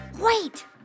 Wait